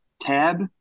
Tab